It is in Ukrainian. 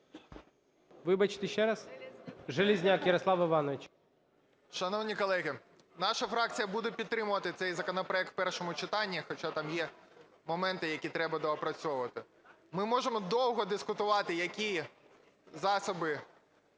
Вибачте, ще раз. Железняк Ярослав Іванович.